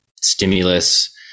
stimulus